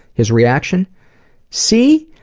his reaction see,